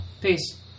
Peace